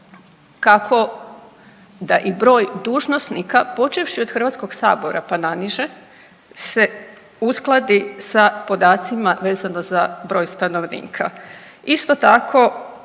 kako da i broj dužnosnika, počevši od HS-a pa naniže se uskladi sa podacima vezano za broj stanovnika. Isto tako